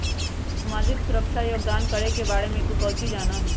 सामाजिक सुरक्षा योगदान करे के बारे में तू काउची जाना हुँ?